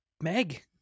Meg